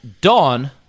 Dawn